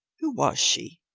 who was she?